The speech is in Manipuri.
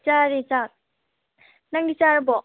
ꯆꯥꯔꯦ ꯆꯥꯛ ꯅꯪꯗꯤ ꯆꯥꯔꯕꯣ